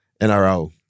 NRL